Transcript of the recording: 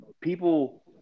people